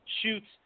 Shoots